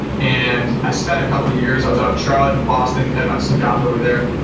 and i spent a couple of years, i was out in charlotte and boston, heard about some jobs over there,